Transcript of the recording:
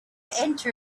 enter